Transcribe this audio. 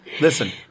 listen